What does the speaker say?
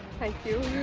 thank you